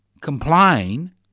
complain